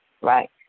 right